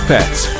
Pets